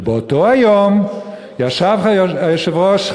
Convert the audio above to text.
ובאותו היום ישבו היושב-ראש,